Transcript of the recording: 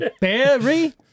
Barry